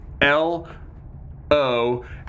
L-O